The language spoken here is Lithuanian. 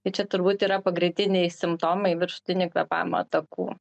tai čia turbūt yra pagrindiniai simptomai viršutinių kvėpavimo takų